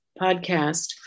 podcast